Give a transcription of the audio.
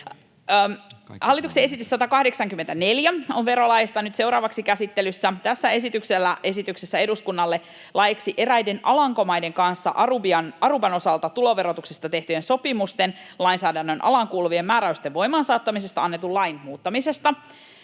Hallituksen esitys 184 on nyt verolaeista seuraavaksi käsittelyssä. Tässä esityksessä eduskunnalle laiksi eräiden Alankomaiden kanssa Aruban osalta tuloverotuksesta tehtyjen sopimusten lainsäädännön alaan kuuluvien määräysten voimaansaattamisesta annetun lain muuttamisesta